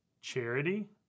charity